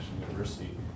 University